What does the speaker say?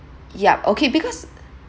yup okay because